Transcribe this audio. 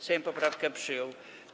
Sejm poprawkę przyjął.